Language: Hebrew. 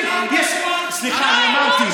תסתכל בסרטונים, יש, סליחה, אני אמרתי,